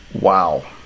wow